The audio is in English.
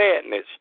sadness